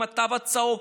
עם התו הצהוב,